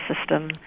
system